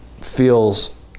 feels